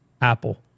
Apple